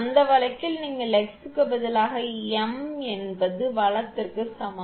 அந்த வழக்கில் நீங்கள் x பதிலாக m என்பது வலத்திற்கு சமம்